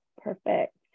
perfect